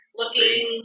looking